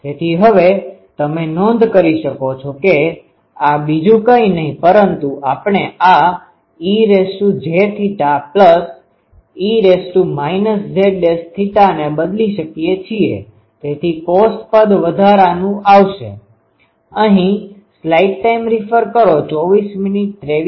તેથી હવે તમે નોંધ કરી શકો છો કે આ બીજું કઈ નહિ પરંતુ આપણે આ ejθ e zθ ને બદલી શકીએ છીએ તેથી cos પદ વધારાનું આવશે